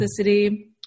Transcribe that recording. toxicity